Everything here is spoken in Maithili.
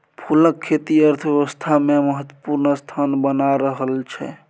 फूलक खेती अर्थव्यवस्थामे महत्वपूर्ण स्थान बना रहल छै